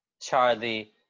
Charlie